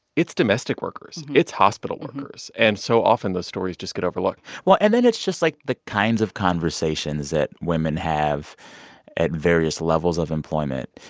it's domestic workers it's hospital workers. and so often those stories just get overlooked well, and then it's just, like, the kinds of conversations that women have at various levels of employment.